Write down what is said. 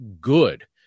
good